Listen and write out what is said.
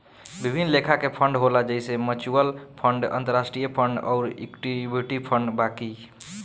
विभिन्न लेखा के फंड होला जइसे म्यूच्यूअल फंड, अंतरास्ट्रीय फंड अउर इक्विटी फंड बाकी